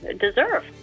deserve